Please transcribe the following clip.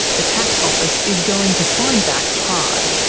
the tax office is going to find that hard.